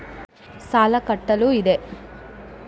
ಸಾಲ ಕಟ್ಟಲು ಇದೆ